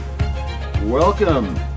Welcome